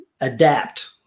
Adapt